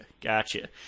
gotcha